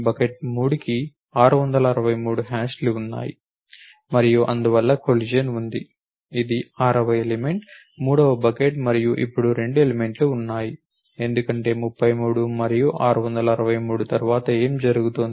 bucket 3కి 663 హ్యాష్లు ఉన్నాయి మరియు అందువల్ల కొలిషన్ ఉంది ఇది ఆరవ ఎలిమెంట్ మూడవ బకెట్ మరియు ఇప్పుడు 2 ఎలిమెంట్లు ఉన్నాయి ఎందుకంటే 33 మరియు 663 తర్వాత ఏమి జరుగుతోంది